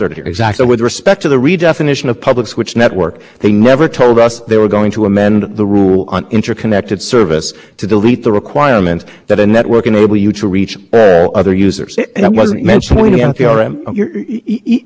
were there amendment to the rule on interconnected service and they're ignoring their own rule on functional equivalence because there was no notice so even though we put a lot of paper in we didn't address those two things because we didn't know about them and you